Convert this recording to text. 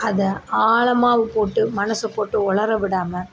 அதை ஆழமாக போட்டு மனதை போட்டு ஒளரல் விடாமல்